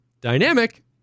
Dynamic